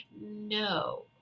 no